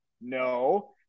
No